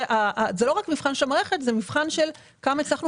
זה לא רק המבחן של המערכת אלא זה מבחן של כמה הצלחנו